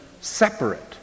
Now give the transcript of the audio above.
separate